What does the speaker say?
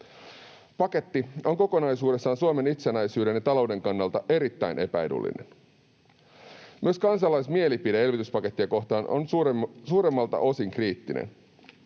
Paketti on kokonaisuudessaan Suomen itsenäisyyden ja talouden kannalta erittäin epäedullinen. Myös kansalaismielipide elvytyspakettia kohtaan on suurimmalta osin kriittinen.